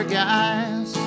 guys